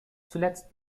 zuletzt